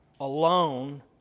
alone